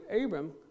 Abram